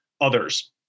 Others